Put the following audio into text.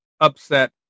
upset